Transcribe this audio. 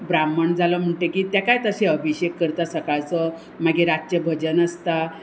ब्राम्हण जालो म्हणटकीर तेकाय तशें अभिशेक करता सकाळचो मागीर रातचें भजन आसता